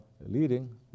leading